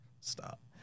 Stop